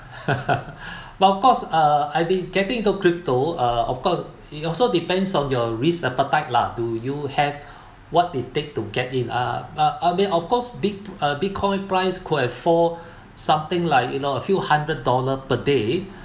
but of course uh I've been getting into crypto uh of course it also depends on your risk appetite lah do you have what it take to get in uh uh I mean of course bit~ uh bitcoin price could have fall something like you know a few hundred dollar per day